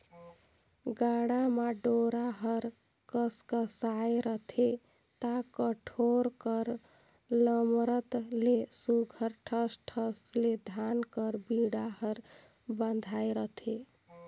गाड़ा म डोरा हर कसकसाए रहथे ता कोठार कर लमरत ले सुग्घर ठस ठस ले धान कर बीड़ा हर बंधाए रहथे